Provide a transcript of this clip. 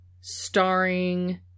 starring